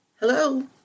Hello